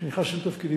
כשנכנסתי לתפקידי.